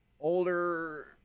Older